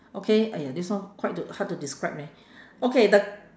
okay !aiya! this one quite to hard to describe leh okay the